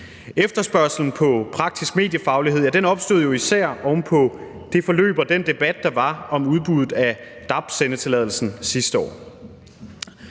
Efterspørgslen på praktisk mediefaglighed opstod især oven på det forløb og den debat, der var om udbuddet af dab-sendetilladelsen sidste år.